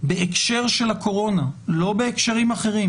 בהקשר של הקורונה, לא בהקשרים אחרים